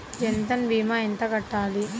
జన్ధన్ భీమా ఎంత కట్టాలి?